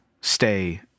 stay